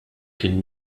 kien